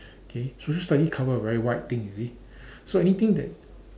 K social study cover a very wide thing you see so anything that